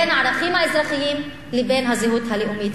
בין הערכים האזרחיים לבין הזהות הלאומית,